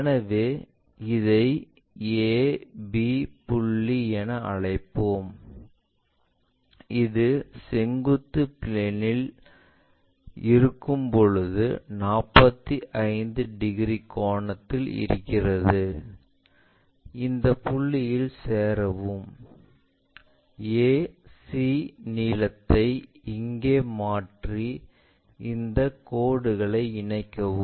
எனவே இதை a b புள்ளி என அழைப்போம் இது செங்குத்து பிளேன் இல் இருக்கும்போது 45 டிகிரி கோணத்தில் இருக்கிறது இந்த புள்ளிகளில் சேரவும் a c நீலத்தை இங்கே மாற்றி இந்த கோடுகளை இணைக்கவும்